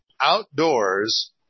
outdoors